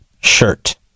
shirt